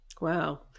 Wow